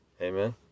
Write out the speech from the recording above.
Amen